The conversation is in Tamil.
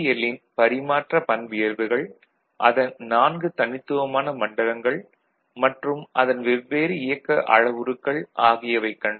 ன் பரிமாற்ற பண்பியல்புகள் அதன் நான்கு தனித்துவமான மண்டலங்கள் மற்றும் அதன் வெவ்வேறு இயக்க அளவுருக்கள் ஆகியவைக் கண்டோம்